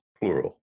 plural